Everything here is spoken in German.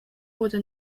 wurde